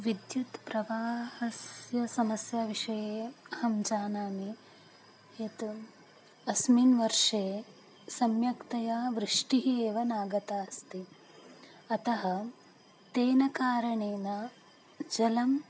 विद्युत्प्रवाहस्य समस्याविषये अहं जानामि यत् अस्मिन् वर्षे सम्यक्तया वृष्टिः एव नागता अस्ति अतः तेन कारणेन जलं